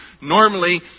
normally